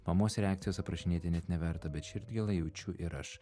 mamos reakcijos aprašinėti net neverta bet širdgėlą jaučiu ir aš